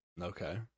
Okay